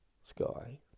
sky